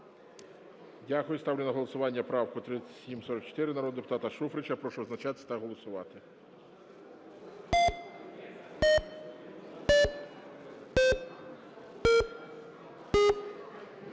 Дякую. Ставлю на голосування правку 3743 народного депутата Шуфрича. Прошу визначатись та голосувати.